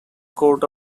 court